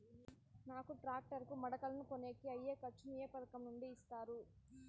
నాకు టాక్టర్ కు మడకలను కొనేకి అయ్యే ఖర్చు ను ఏ పథకం నుండి ఇస్తారు?